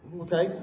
Okay